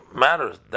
matters